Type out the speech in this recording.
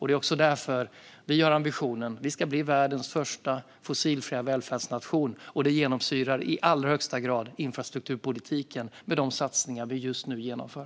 Det är därför vi har ambitionen att Sverige ska bli världens första fossilfria välfärdsnation. Det genomsyrar i allra högsta grad infrastrukturpolitiken med de satsningar vi just nu genomför.